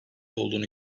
olduğunu